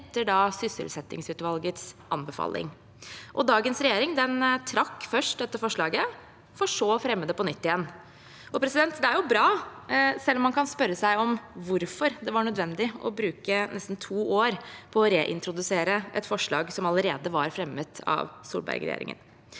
etter sysselsettingsutvalgets anbefaling. Dagens regjering trakk først dette forslaget, for så å fremme det på nytt igjen. Det er jo bra, selv om man kan spørre seg om hvorfor det var nødvendig å bruke nesten to år på å reintrodusere et forslag som allerede var fremmet av Solberg-regjeringen.